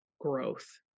growth